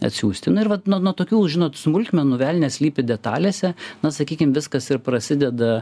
atsiųsti nu ir vat nuo nuo tokių žinot smulkmenų velnias slypi detalėse na sakykim viskas ir prasideda